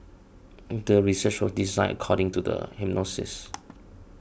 the research was designed according to the hypothesis